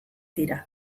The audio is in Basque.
dira